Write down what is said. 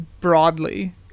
broadly